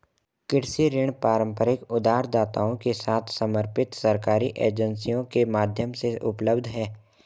कृषि ऋण पारंपरिक उधारदाताओं के साथ समर्पित सरकारी एजेंसियों के माध्यम से उपलब्ध हैं